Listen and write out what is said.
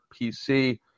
PC